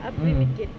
mm hmm